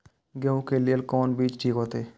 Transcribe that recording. गेहूं के लेल कोन बीज ठीक होते?